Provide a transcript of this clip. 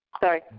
Sorry